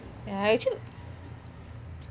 ya actually